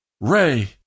Ray